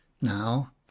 Now